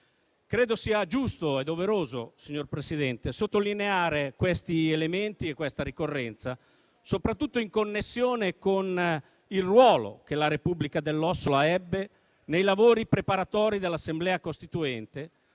Credo sia giusto e doveroso, signor Presidente, sottolineare questi elementi e codesta ricorrenza, soprattutto in connessione con il ruolo che la Repubblica dell'Ossola ebbe nei lavori preparatori dell'Assemblea costituente.